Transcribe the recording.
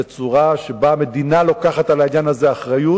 בצורה שבה מדינה לוקחת אחריות.